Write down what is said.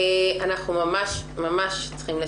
אנחנו ממש צריכים לסיים.